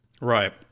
Right